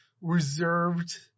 reserved